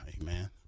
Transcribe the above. Amen